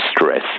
stress